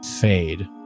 fade